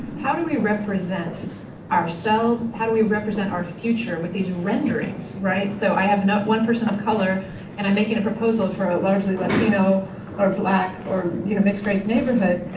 how do we represent ourselves, how do we represent our future with these renderings? so i have not one person of color and i'm making a proposal for a largely latino or black or you know mixed race neighborhood.